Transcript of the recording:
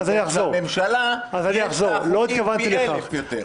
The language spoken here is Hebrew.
לממשלה יש חוקים פי אלף יותר.